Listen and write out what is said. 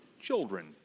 children